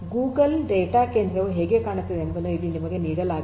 Google data ಕೇಂದ್ರವು ಹೇಗೆ ಕಾಣುತ್ತದೆ ಎಂಬುದನ್ನು ಇಲ್ಲಿ ನಿಮಗೆ ನೀಡಲಾಗಿದೆ